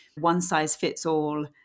one-size-fits-all